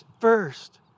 first